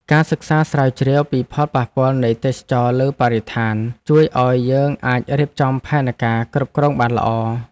ការសិក្សាស្រាវជ្រាវពីផលប៉ះពាល់នៃទេសចរណ៍លើបរិស្ថាន ជួយឱ្យយើងអាចរៀបចំផែនការគ្រប់គ្រងបានល្អ។